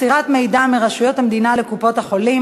(מסירת מידע מרשויות המדינה לקופות-החולים),